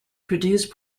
produced